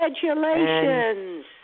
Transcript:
Congratulations